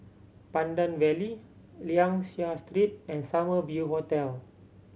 Pandan Valley Liang Seah Street and Summer View Hotel